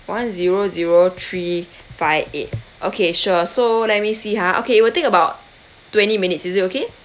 one zero zero three five eight okay sure so let me see ha okay it will take about twenty minutes is it okay